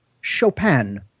Chopin